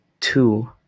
two